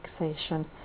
relaxation